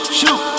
shoot